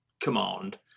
command